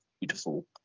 beautiful